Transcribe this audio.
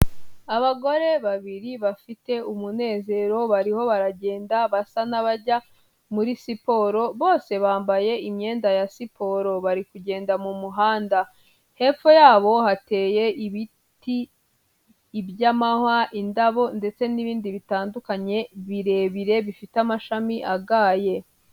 Abagore babiri bafite umunezero, bariho baragenda basa n'abajya muri siporo, bose bambaye imyenda ya siporo bari kugenda mu muhanda, hepfo yabo hateye ibiti, iby'amahwa, indabo ndetse n'ibindi bitandukanye birebire bifite amashami agaye.